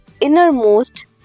innermost